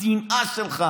השנאה שלך